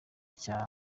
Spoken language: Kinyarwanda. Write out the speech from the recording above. cya